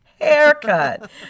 haircut